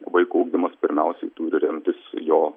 vaikų ugdymas pirmiausiai turi remtis jo